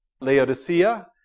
Laodicea